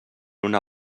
una